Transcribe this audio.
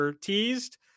teased